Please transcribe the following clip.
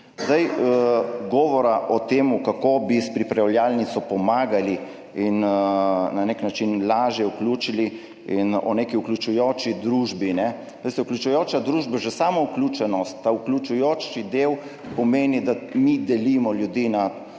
Govor o tem, kako bi s pripravljalnico pomagali in na nek način lažje vključili, in o neki vključujoči družbi – veste, vključujoča družba, že sama vključenost, ta vključujoči del pomeni, da mi delimo ljudi na